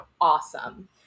awesome